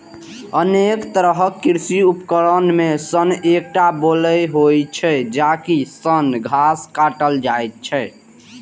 अनेक तरहक कृषि उपकरण मे सं एकटा बोलो होइ छै, जाहि सं घास काटल जाइ छै